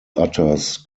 utters